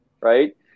right